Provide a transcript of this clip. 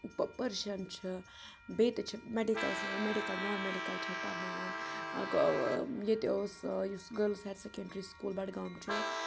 Persian چھِ بیٚیہِ تہِ چھِ میڈِکَلَس منٛز میڈِکَل نان میٚڈِکَل چھِ اَتھ پَرناوان ییٚتہِ اوس یُس girls higher secondary school Budgam چھُ